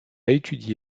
étudié